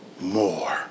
more